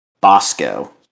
Bosco